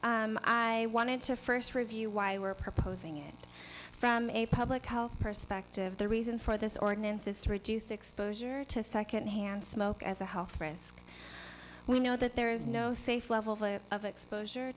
i wanted to first review why we're proposing it from a public health perspective the reason for this ordinance is to reduce exposure to secondhand smoke as a health risk we know that there is no safe level of exposure